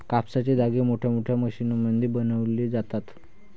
कापसाचे धागे मोठमोठ्या मशीनमध्ये बनवले जातात